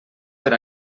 per